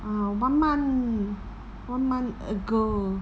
uh one month one month ago